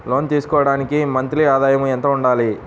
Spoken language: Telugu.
లోను తీసుకోవడానికి మంత్లీ ఆదాయము ఎంత ఉండాలి?